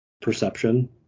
perception